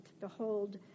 behold